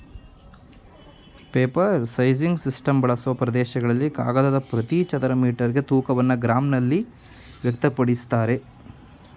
paper sizing system ಬಳಸುವ ಪ್ರದೇಶಗಳಲ್ಲಿ ಕಾಗದದ ಪ್ರತಿ ಚದರ ಮೀಟರ್ಗೆ ತೂಕವನ್ನು ಗ್ರಾಂನಲ್ಲಿ ವ್ಯಕ್ತಪಡಿಸ್ತಾರೆ